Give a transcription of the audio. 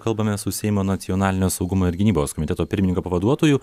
kalbamės su seimo nacionalinio saugumo ir gynybos komiteto pirmininko pavaduotoju